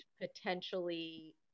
potentially